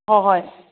ꯍꯣ ꯍꯣꯏ